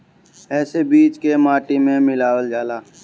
एसे बीज के माटी में मिलावल जाला